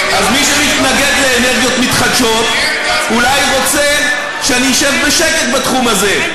אז מי שמתנגד לאנרגיות מתחדשות אולי רוצה שאני אשב בשקט בתחום הזה.